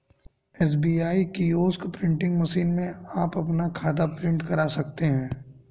SBI kiosk printing machine में आप अपना खाता प्रिंट करा सकते हैं